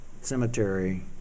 Cemetery